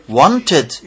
wanted